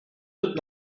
looked